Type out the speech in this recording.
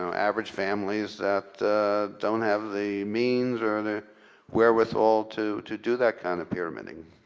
so average families that don't have the means or the where with all to to do that kind of pyramiding.